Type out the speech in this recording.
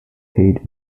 paid